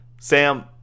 Sam